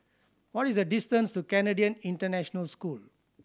what is the distance to Canadian International School